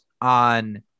on